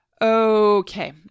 Okay